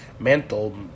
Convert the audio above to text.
mental